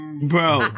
Bro